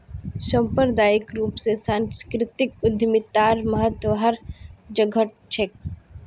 सांप्रदायिक रूप स सांस्कृतिक उद्यमितार महत्व हर जघट छेक